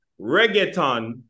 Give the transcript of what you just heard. reggaeton